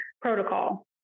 protocol